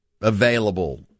available